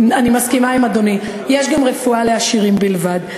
אני מסכימה עם אדוני, יש גם רפואה לעשירים בלבד.